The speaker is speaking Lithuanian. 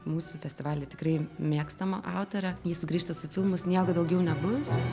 mūsų festivalyje tikrai mėgstama autorė ji sugrįžta su filmu sniego daugiau nebus